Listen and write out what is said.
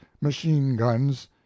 machine-guns